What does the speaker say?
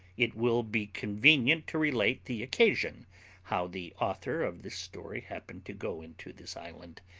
it will be convenient to relate the occasion how the author of this story happened to go into this island,